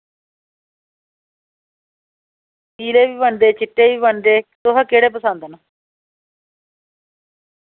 पीले बी बनदे चिट्टे बी बनदे तुसें केह्ड़े पसंद न